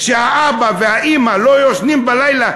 שהאבא והאימא לא ישנים בלילה,